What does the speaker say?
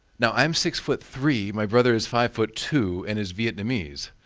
now, i'm six foot three, my brother is five foot two and is vietnamese.